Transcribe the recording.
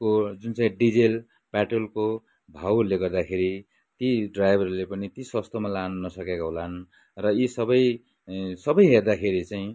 को जुन चाहिँ डिजेल पेट्रोलको भाउहरूले गर्दाखेरि ती ड्राइभरहरूले पनि यति सस्तोमा लान नसकेका होलान् र यी सबै सबै हेर्दाखेरि चाहिँ